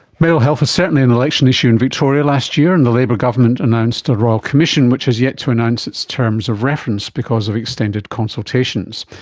mental health is certainly an election issue in victoria, last year and the labor government announced announced a royal commission which is yet to announce its terms of reference because of extended consultations.